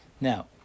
Now